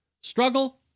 struggle